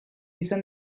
izen